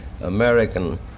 American